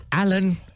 Alan